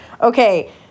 Okay